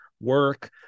work